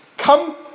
Come